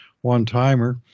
one-timer